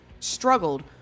struggled